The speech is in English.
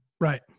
Right